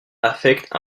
affectent